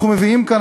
אנחנו מביאים כאן,